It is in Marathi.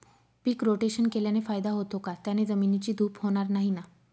पीक रोटेशन केल्याने फायदा होतो का? त्याने जमिनीची धूप होणार नाही ना?